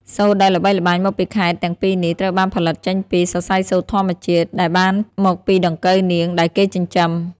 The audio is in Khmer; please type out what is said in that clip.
សូត្រដែលល្បីល្បាញមកពីខេត្តទាំងពីរនេះ ត្រូវបានផលិតចេញពី សរសៃសូត្រធម្មជាតិ ដែលបានមកពីដង្កូវនាងដែលគេចិញ្ចឹម។